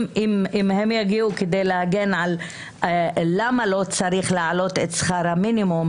אם הם יגיעו כדי להגן למה לא צריך להעלות את שכר המינימום,